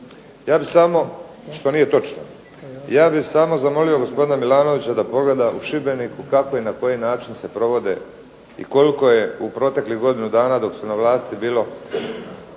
svetinja", što nije točno. Ja bih samo zamolio gospodina Milanovića da pogleda u Šibeniku kako i na koji način se provode i koliko je u proteklih godinu dana dok su na vlasti bili